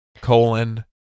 Colon